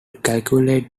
calculate